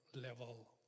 level